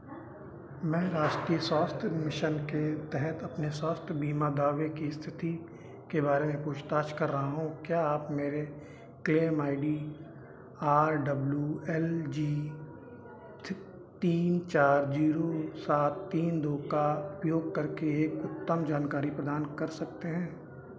मैं राष्ट्रीय स्वास्थ्य मिशन के तहत अपने स्वास्थ्य बीमा दावे की स्थिति के बारे में पूछताछ कर रहा हूं क्या आप मेरे claim I D R W L G थि तीन चार ज़ीरो सात तीन दो का उपयोग करके एक उत्तम जानकारी प्रदान कर सकते हैं